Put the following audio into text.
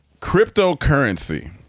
Cryptocurrency